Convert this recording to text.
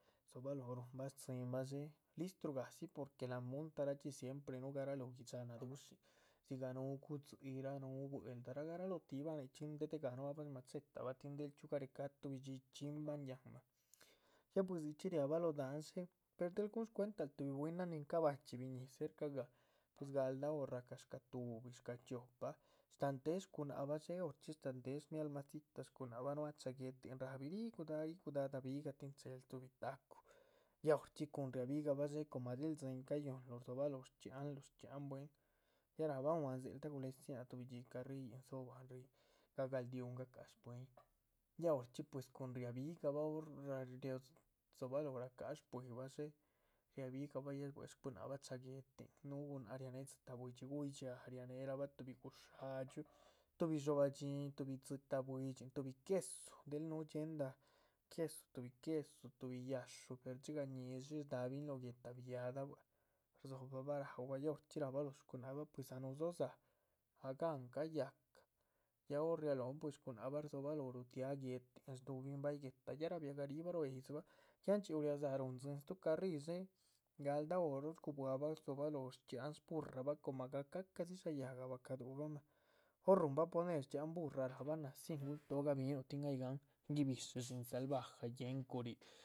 Rdzobaloho rúhunbah rtzíbah dxé, listru gadzi, porque muntarachxí, siempre núhu garalóho, gui´xa nadushín, dzigah núhu gudzií, núhu bwel’darah. garalo tih bah nichxín déhe gah nuahba shmachetabah tin del chxíu garecáh tuhbi dxí chxínbahn yáhanma, ya pues dzichxí riahbah lóho dáhan, dxé,. per del gúhun shcuentaluh tuhbi bwínan ni cabachxí biñíhi cercagah pues galda hor rahca shcáha tuhbi, chiopa, shtantéhe shgunáhc bah dxé, horchxí. shtáhante mialmacita shgunáhc bah, nuáha cháha guéhtin rahbi ríh gudáha, ríh gudáha, gudahabihga tin cheluh tuhbi tacu, ya horchxí cun riabih gahbah dxé. coma del tzín cayuhunluh rdzobaloho shchxianluh, shchxíahan bwín, ya ráhbah un an dzéhelda, gulédzinah tuhbi dxi carríhyin rdzóhobahn ríh, gagaldíhun ga´cahan shpuihin. ya horchxí pues cuhun ria bigah bah hor rdzobalóho racáha shpwíi bah dxé, riahbigahbah ya shbuehe shgunáhc bah cháha guéhtin, núhu gunáhc rianéhe. dzitáh buidxi gúyih dxhía, rianéhe rahba tuhbi guxáadxyuu, tuhbi dxobah dhxín, tuhbi dzitáh buidxin, tuhbi quesu, núhu dxiéhnda quesu, tuhbi quesu, tuhbi yáhxu. per dxigah ñíshi shdáhabin lóho guéhta bia´dah bua´c, rdzobahbah raúbah ya horchxí rahbah lóho shcunáhbah anuh dzó dzá, ah gáhan cayacha, ya hor ríalóhon pues. shgunáh bah rdzobalóho ruhunba guéhtin rdúhubin ba´yih guéhta ya rabiah garibah rua yídzibah ya ndxhíu riadza´ rúhun tzín stúh carrí galdáh hor rshgubua´bah, rdzobalóho. shchxiahan shúrahba, coma ca´cahdxi dshá yáhga baca du´hubah mah, hor ruhunbah poner, shchxhíhahan shúrrabha rácbah názín, gul toho. gabíhinuh tin ay gáhan. gibishí shíhin salvaja ye´ncurih